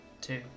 Two